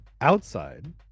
outside